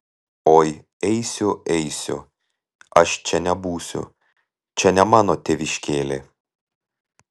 oi eisiu eisiu aš čia nebūsiu čia ne mano tėviškėlė